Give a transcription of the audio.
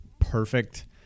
Perfect